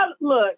Look